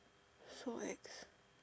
so X